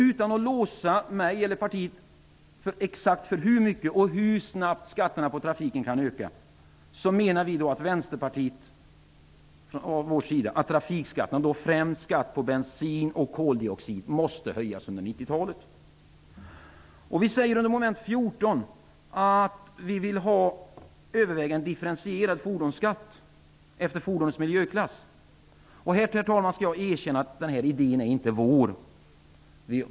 Utan att låsa mig eller partiet exakt för hur mycket och hur snabbt skatterna på trafiken kan öka, kan jag konstatera att framför allt skatten på bensin och koldioxid måste höjas under Under mom. 14 säger vi att vi vill ha en fordonsskatt differentierad efter fordonets miljöklass. Jag skall erkänna att denna idé inte är vår.